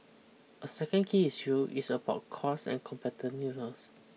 a second key issue is about costs and competitiveness